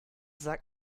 sage